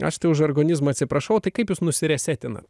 aš tai už žargonizmą atsiprašau tai kaip jūs nusiresetinat